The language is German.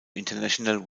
international